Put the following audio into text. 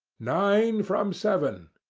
nine from seven,